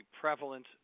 prevalent